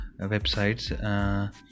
websites